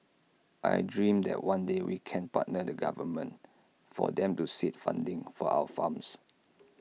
I dream that one day we can partner the government for them to seed funding for our farms